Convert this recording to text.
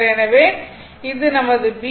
எனவே இது நமது b